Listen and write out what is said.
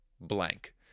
blank